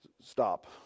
Stop